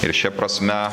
ir šia prasme